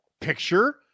Picture